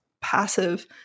passive